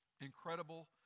incredible